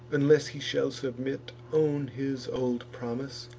unless he shall submit, own his old promise,